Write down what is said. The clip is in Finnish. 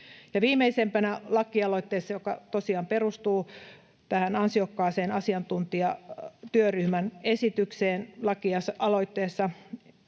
viimeisimpänä lakialoitteessa — joka tosiaan perustuu tähän ansiokkaaseen asiantuntijatyöryhmän esitykseen — ehdotetaan